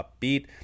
upbeat